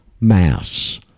Mass